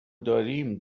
داریم